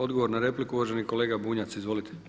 Odgovor na repliku uvaženi kolega Bunjac, izvolite.